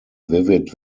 vivid